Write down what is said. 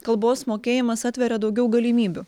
kalbos mokėjimas atveria daugiau galimybių